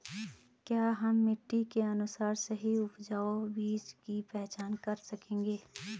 क्या हम मिट्टी के अनुसार सही उपजाऊ बीज की पहचान कर सकेंगे?